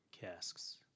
casks